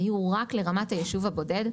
היו רק לרמת היישוב הבודד,